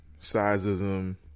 Sizeism